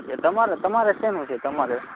એટલે તમારે તમારે શેનું છે તમારે